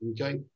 Okay